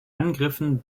angriffen